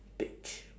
bitch